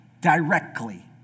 directly